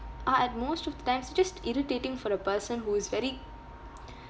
are at most of the times just irritating for the person who is very